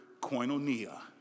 koinonia